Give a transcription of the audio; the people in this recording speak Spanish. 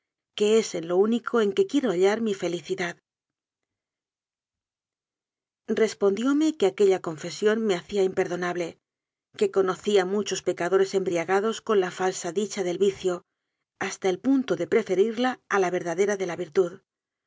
que es en lo único en que quiero hallar mi felicidad respondióme que aquella confesión me hacía imperdonable que conocía muchos pecadores em briagados con la falsa dicha del vicio hasta el punto de preferirla a la verdadera de la virtud